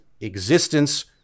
existence